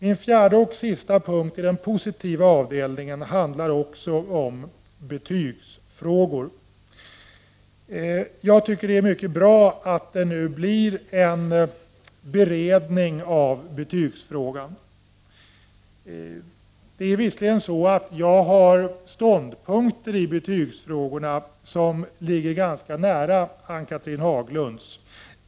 Min fjärde och sista punkt i den positiva avdelningen handlar också om betygsfrågor. Jag tycker att det är mycket bra att det kommer att ske en beredning av betygsfrågan. Mina ståndpunkter i betygsfrågorna ligger ganska nära Ann-Cathrine Haglunds.